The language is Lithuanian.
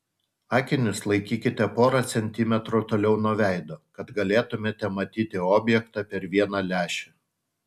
akinius laikykite porą centimetrų toliau nuo veido kad galėtumėte matyti objektą per vieną lęšį